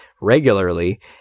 regularly